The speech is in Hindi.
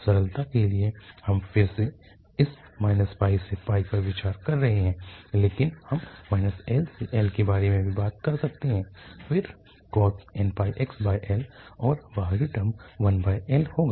सरलता के लिए हम फिर से इस से पर विचार कर रहे हैं लेकिन हम L से L के बारे में भी बात कर सकते हैं और फिर cos nπxL और बाहरी टर्म 1L होगा